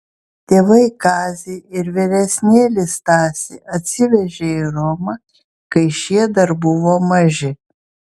tėvai kazį ir vyresnėlį stasį atsivežė į romą kai šie dar buvo maži